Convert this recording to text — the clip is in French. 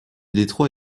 détroit